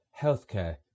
healthcare